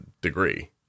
degree